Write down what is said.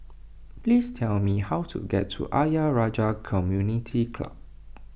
please tell me how to get to Ayer Rajah Community Club